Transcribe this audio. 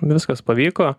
viskas pavyko